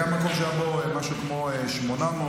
היה מקום שהיו בו משהו כמו 850